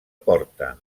porta